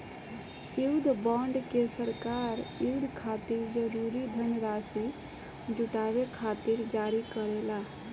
युद्ध बॉन्ड के सरकार युद्ध खातिर जरूरी धनराशि जुटावे खातिर जारी करेला